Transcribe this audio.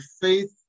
faith